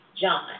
John